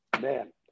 man